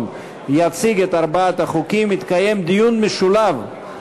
יציג את ארבעת החוקים יתקיים דיון משולב,